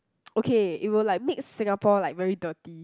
okay it will like make Singapore like very dirty